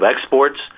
exports